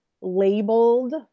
Labeled